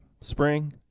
spring